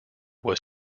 was